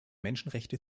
menschenrechte